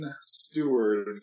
steward